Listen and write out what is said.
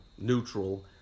neutral